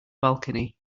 balcony